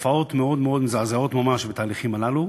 תופעות מזעזעות ממש בתהליכים הללו.